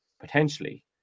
potentially